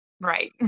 right